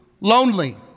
lonely